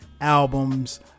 albums